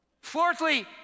Fourthly